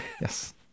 Yes